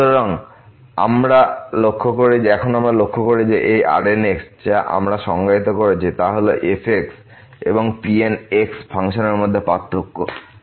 সুতরাং এখন আমরা লক্ষ্য করি যে এই Rn যা আমরা সংজ্ঞায়িত করেছি তা হল f এবং Pn ফাংশনের মধ্যে পার্থক্য